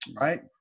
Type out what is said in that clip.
right